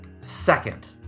Second